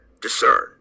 discern